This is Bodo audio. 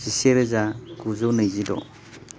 जिसे रोजा गुजौ नैजिद'